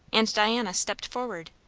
and diana stepped forward,